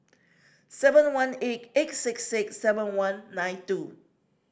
seven one eight eight six six seven one nine two